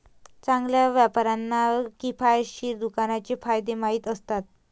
चांगल्या व्यापाऱ्यांना किफायतशीर दुकानाचे फायदे माहीत असतात